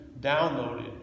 downloaded